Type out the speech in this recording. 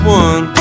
one